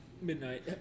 midnight